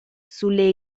sulle